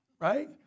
right